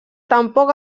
tampoc